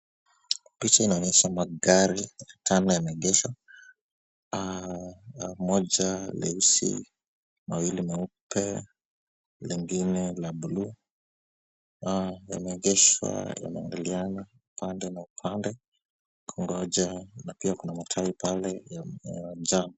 Picha inaonyesha magari tano yameegeshwa moja nyeusi, mawili meupe lingine la bluu yameegeshwa yanaangaliana upande na upande kungoja na pia kuna matawi pale ya njano.